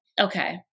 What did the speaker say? Okay